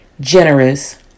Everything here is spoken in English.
generous